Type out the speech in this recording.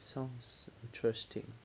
sounds interesting